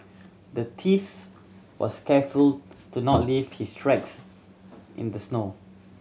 the thieves was careful to not leave his tracks in the snow